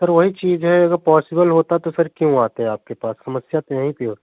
sir वही चीज है अगर पॉसिबल होता तो फ़िर क्यों आते आपके पास समस्या तो यहीं पर